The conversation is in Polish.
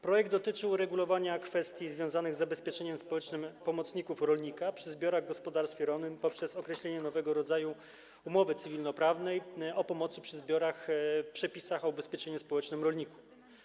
Projekt dotyczy uregulowania kwestii związanych z zabezpieczeniem społecznym pomocników rolnika przy zbiorach w gospodarstwie rolnym poprzez określenie nowego rodzaju umowy cywilnoprawnej o pomocy przy zbiorach w przepisach o ubezpieczeniu społecznym rolników.